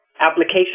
application